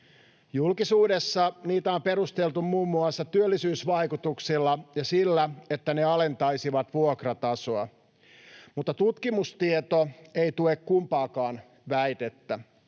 Julkisuudessa niitä on perusteltu muun muassa työllisyysvaikutuksilla ja sillä, että ne alentaisivat vuokratasoa. Mutta tutkimustieto ei tue kumpaakaan väitettä.